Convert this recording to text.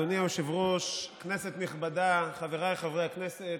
אדוני היושב-ראש, כנסת נכבדה, חבריי חברי הכנסת,